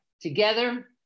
together